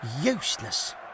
useless